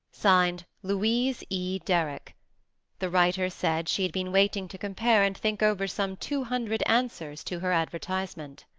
signed louise e. derrick the writer said she had been waiting to compare and think over some two hundred answers to her advertisement.